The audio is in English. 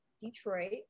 detroit